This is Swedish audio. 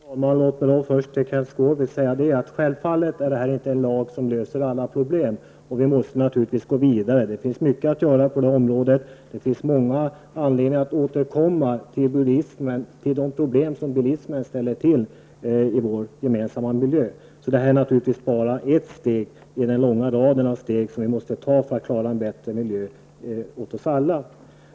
Herr talman! Låt mig först säga till Kenth Skårvik att detta självfallet inte är ett lagförslag som löser alla problem. Vi måste naturligtvis gå vidare. Det finns mycket att göra på detta område och många anledningar att återkomma till de problem som bilismen ställer till i vår gemensamma miljö. Detta är bara ett steg i den långa rad av steg vi måste ta för att få en bättre miljö åt oss alla.